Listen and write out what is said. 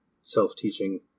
self-teaching